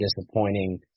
disappointing